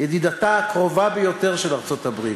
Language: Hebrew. ידידתה הקרובה ביותר של ארצות-הברית,